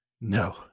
No